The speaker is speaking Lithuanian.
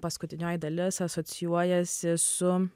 paskutinioji dalis asocijuojasi su